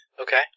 Okay